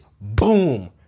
boom